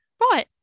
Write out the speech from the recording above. right